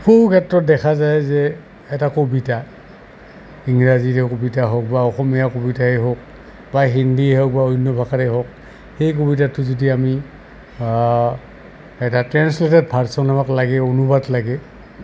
বহু ক্ষেত্ৰত দেখা যায় যে এটা কবিতা ইংৰাজীৰে কবিতা হওক বা অসমীয়া কবিতাই হওক বা হিন্দীয়েই হওক বা অন্য ভাষাই হওক সেই কবিতাটো যদি আমি এটা ট্ৰেঞ্চলেটেড ভাৰ্ছনত আমাক লাগে অনুবাদ লাগে